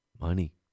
Money